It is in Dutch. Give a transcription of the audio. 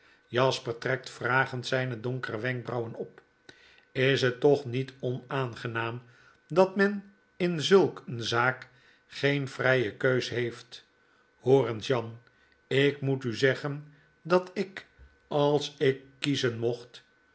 zyne donkere wenkbrauwen op js het toch niet onaangenaam dat men in zulk een zaak geen vrye kens heeft hoor eens jan ik moet u zeggen dat ik als ik kiezen mocht